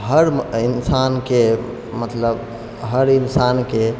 हर इंसानके मतलब हर इंसानके